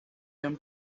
them